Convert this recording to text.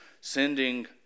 Sending